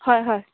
হয় হয়